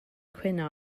cwyno